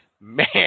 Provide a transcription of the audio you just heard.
Man